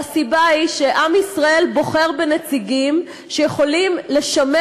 והסיבה היא שעם ישראל בוחר בנציגים שיכולים לשמש